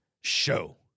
show